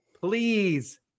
please